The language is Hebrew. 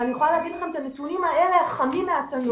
ואני יכולה להגיד לכם את הנתונים האלה החמים מהתנור,